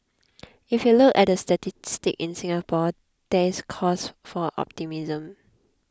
if you look at the statistics in Singapore there is cause for optimism